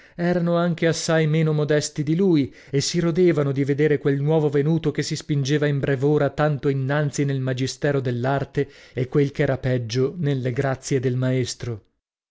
erano anche assai meno modesti di lui e si rodevano di vedere quel nuovo venuto che si spingeva in brev'ora tanto innanzi nel magistero dell'arte e quel ch'era peggio nelle grazie del maestro